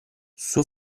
suo